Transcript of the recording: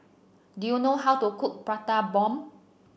do you know how to cook Prata Bomb